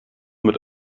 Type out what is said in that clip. mit